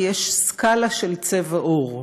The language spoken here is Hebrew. כי יש סקאלה של צבע עור: